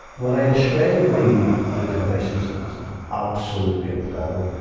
when i describe the, the conditions as absolutely appalling,